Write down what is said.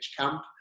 camp